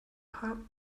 haben